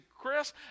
Chris